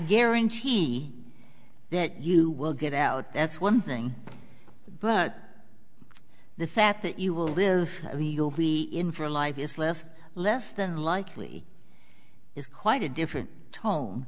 guarantee that you will get out that's one thing but the fact that you will live we'll be in for life is less less than likely is quite a different tone